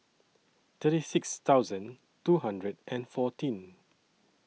thirty six thousand two hundred and fourteen